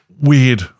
weird